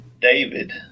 David